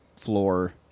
floor